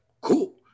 cool